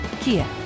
Kia